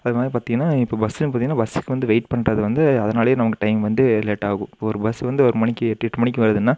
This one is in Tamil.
அது மாதிரி பார்த்தீங்கன்னா இப்போது பஸ்ஸுன்னு பார்த்தீங்கன்னா பஸ்ஸுக்கு வந்து வெயிட் பண்ணுறது வந்து அதனாலேயே நமக்கு டைம் வந்து லேட்டாகும் ஒரு பஸ் வந்து ஒரு மணிக்கு எட்டு எட்டு மணிக்கு வருதுன்னா